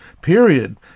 Period